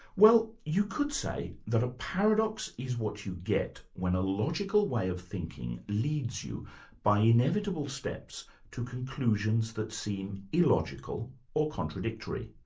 well you could say that a paradox is what you get when a logical way of thinking leads you by inevitable steps to conclusions that seem illogical or contradictory.